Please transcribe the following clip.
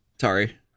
Sorry